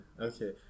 okay